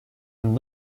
and